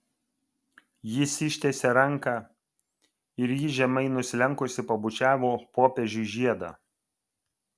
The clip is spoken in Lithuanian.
jis ištiesė ranką ir ji žemai nusilenkusi pabučiavo popiežiui žiedą